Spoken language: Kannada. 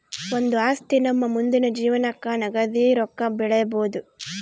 ಒಂದು ಆಸ್ತಿ ನಮ್ಮ ಮುಂದಿನ ಜೀವನಕ್ಕ ನಗದಿ ರೊಕ್ಕ ಬೆಳಿಬೊದು